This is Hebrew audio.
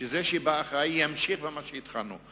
שמי שבא אחרי ימשיך במה שהתחלנו,